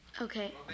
Okay